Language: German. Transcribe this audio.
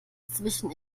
zwischen